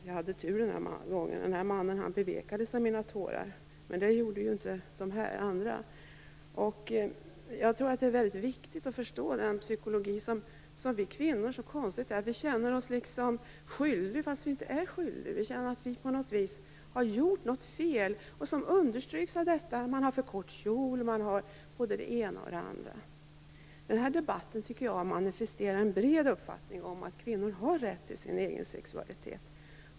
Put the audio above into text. Jag hade tur, eftersom mannen bevekades av mina tårar. Men det gjorde ju inte de som vi här har talat om. Jag tror att det är väldigt viktigt att förstå psykologin att vi kvinnor känner oss skyldiga fast vi inte är skyldiga. Vi känner att vi på något vis har gjort något fel, vilket understryks av detta att kjolen anses ha varit för kort och både det ena och det andra. Denna debatt manifesterar en bred uppfattning om att kvinnor har rätt till sin egen sexualitet.